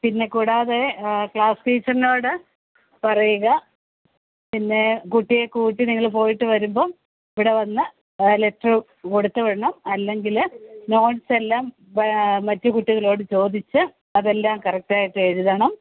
പിന്നെ കൂടാതെ ക്ലാസ് ടീച്ചർനോട് പറയുക പിന്നെ കുട്ടിയെ കൂട്ടി നിങ്ങൾ പോയിട്ട് വരുമ്പോൾ ഇവിടെ വന്ന് ലെറ്ററ് കൊടുത്തു വിടണം അല്ലെങ്കിൽ നോട്ട്സ് എല്ലാം മറ്റു കുട്ടികളോട് ചോദിച്ച് അതെല്ലാം കററ്റായിട്ട് എഴുതണം